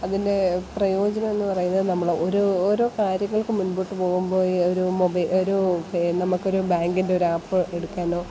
അതിൻറ്റെ പ്രയോജനം എന്നു പറയുന്നത് നമ്മൾ ഒരു ഓരോ കാര്യങ്ങൾക്കു മുൻപോട്ടു പോകുമ്പോൾ ഒരു മൊബൈൽ ഒരു നമുക്കൊരു ബാങ്കിൻറ്റെ ഒരാപ്പ് എടുക്കാനോ